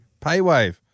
PayWave